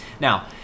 Now